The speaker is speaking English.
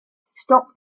stop